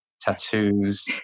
tattoos